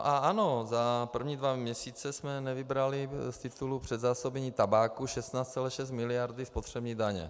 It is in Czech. Ano, za první dva měsíce jsme nevybrali z titulu předzásobení tabáku 16,6 mld. spotřební daně.